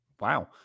Wow